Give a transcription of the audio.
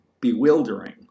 bewildering